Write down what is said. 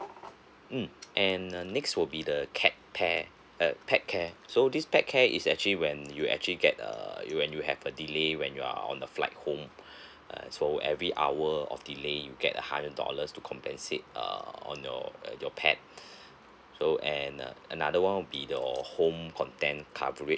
mm and uh next will be the cat pear err pet care so this pet care is actually when you actually get err when you have a delay when you're on the flight home uh so every hour of delay you get a hundred dollars to compensate uh on your your pet so and uh another one will be your home content coverage